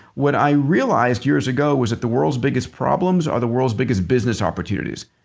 what i realized years ago was that the world's biggest problems are the world's biggest business opportunities.